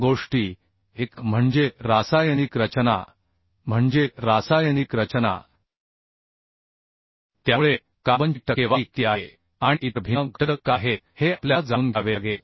गोष्टी एक म्हणजे रासायनिक रचना त्यामुळे कार्बनची टक्केवारी किती आहे आणि इतर भिन्न घटक काय आहेत हे आपल्याला जाणून घ्यावे लागेल